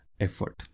effort